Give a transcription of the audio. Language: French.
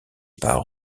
par